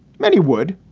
many would.